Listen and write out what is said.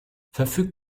verfügt